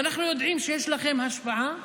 ואנחנו יודעים שיש לכם השפעה,